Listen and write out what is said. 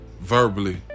verbally